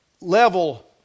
level